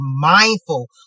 mindful